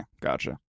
gotcha